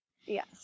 Yes